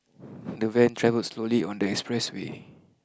the van travelled slowly on the expressway